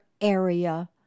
area